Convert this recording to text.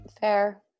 Fair